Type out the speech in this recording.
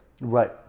right